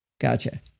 Gotcha